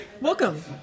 Welcome